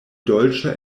dolĉe